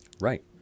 Right